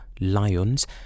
lions